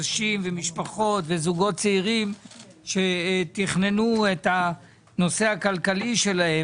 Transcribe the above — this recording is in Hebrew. אנשים ומשפחות וזוגות צעירים שתכננו את הנושא הכלכלי שלהם